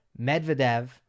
Medvedev